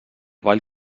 ball